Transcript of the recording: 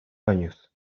años